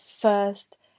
first